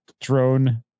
drone